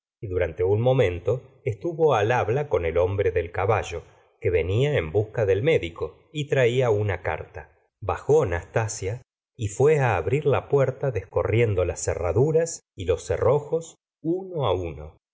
y durante un momento estuvo al habla con el hombre del caballo que venia en busca del médico y traía una carta bajó nastasia y fué abrir la puerta descorriendo las cerraduras y los cerrojos uno uno